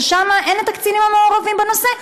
ששם אין את הקצינים המעורבים בנושא,